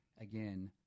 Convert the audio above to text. again